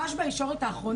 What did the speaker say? אז זה ממש בישורת האחרונה,